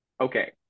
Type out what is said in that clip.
okay